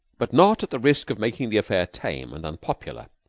but not at the risk of making the affair tame and unpopular.